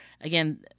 again